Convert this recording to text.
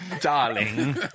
darling